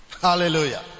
hallelujah